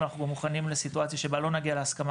אבל אנחנו מוכנים לסיטואציה שבה לא נגיע להסכמה